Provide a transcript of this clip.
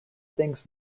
things